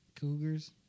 Cougars